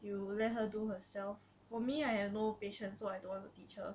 you let her do herself for me I have no patience so I don't want to teach her